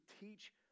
teach